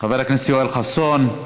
חבר הכנסת יואל חסון,